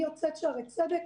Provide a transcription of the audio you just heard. אני יוצאת שערי צדק,